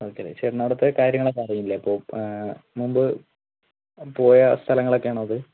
okay അല്ലേ ചേട്ടന് അവിടെ പോയി കാര്യങ്ങളൊക്കെ അറിയില്ലേ അപ്പോൾ മുമ്പ് പോയ സ്ഥലങ്ങളൊക്കെ ആണോ അത്